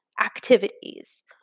activities